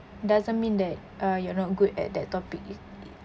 doesn't mean that uh you're not good at that topic is